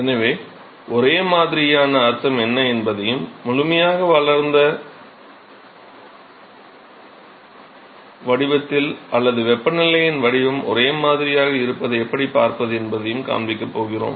எனவே ஒரே மாதிரியான அர்த்தம் என்ன என்பதையும் முழுமையாக வளர்ந்த முறையில் உள்ள வடிவங்கள் அல்லது வெப்பநிலையின் வடிவம் ஒரே மாதிரியாக இருப்பதை எப்படிப் பார்ப்பது என்பதையும் இன்று காண்பிக்கப் போகிறோம்